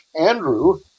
Andrew